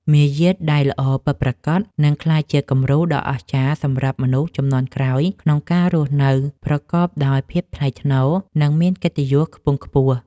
មារយាទដែលល្អពិតប្រាកដនឹងក្លាយជាគំរូដ៏អស្ចារ្យសម្រាប់មនុស្សជំនាន់ក្រោយក្នុងការរស់នៅប្រកបដោយភាពថ្លៃថ្នូរ និង មានកិត្តិយសខ្ពង់ខ្ពស់។